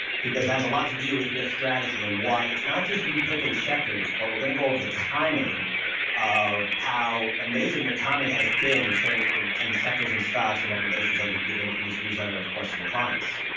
because that has a lot to do with your strategy and why it's not just you picking sectors, but we're going to go over the timing of. how amazing your timing has been in certain in in sectors and stocks and recommendations that you've given in this newsletter, of course, to your clients.